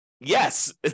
yes